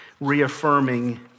reaffirming